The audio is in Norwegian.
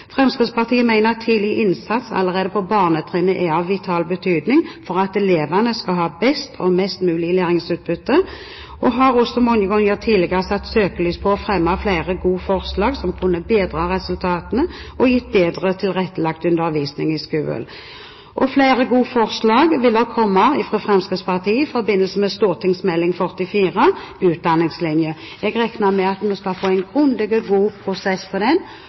Fremskrittspartiet mener at tidlig innsats allerede på barnetrinnet er av vital betydning for at elevene skal ha best og mest mulig læringsutbytte og har også mange ganger tidligere satt søkelyset på å fremme flere gode forslag som kunne bedret resultatene og gitt bedre tilrettelagt undervisning i skolen. Flere gode forslag vil det komme fra Fremskrittspartiet i forbindelse med St.meld. nr. 44 for 2008–2009, Utdanningslinja. Jeg regner med at vi skal få en grundig og god prosess på den